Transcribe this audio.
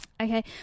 Okay